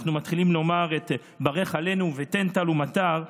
אנחנו מתחילים לומר את "ברך עלינו" ו"תן טל ומטר".